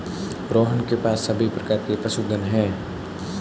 रोहन के पास सभी प्रकार के पशुधन है